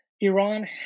Iran